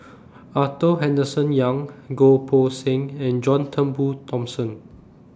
Arthur Henderson Young Goh Poh Seng and John Turnbull Thomson